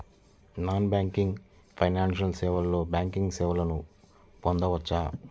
Non banking financial సేవలో banking సేవలను పొందవచ్చా?